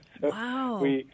Wow